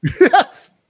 Yes